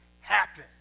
happen